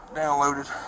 downloaded